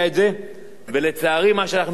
לצערי מה שרואים היום, חבר הכנסת מולה,